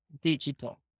digital